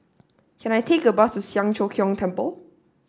can I take a bus to Siang Cho Keong Temple